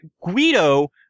Guido